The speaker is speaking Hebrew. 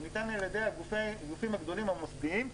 הוא ניתן על ידי הגופים המוסדיים הגדולים,